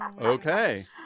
Okay